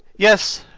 yes,